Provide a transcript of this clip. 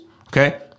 Okay